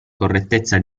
correttezza